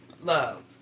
love